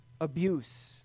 abuse